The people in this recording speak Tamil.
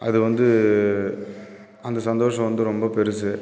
அது வந்து அந்த சந்தோஷம் வந்து ரொம்ப பெருசு